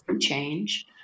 change